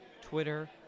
Twitter